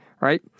right